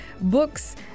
books